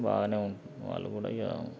బాగానే ఉంది వాళ్ళు కూడా ఇక